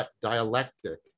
dialectic